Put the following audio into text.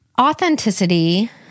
authenticity